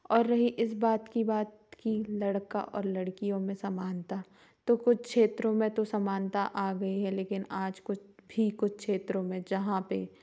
और रही इस बात की बात कि लड़का और लड़कियों में समानता तो कुछ क्षेत्रों में समानता तो आ गई है लेकिन आज भी कुछ छेत्रों में जहां पे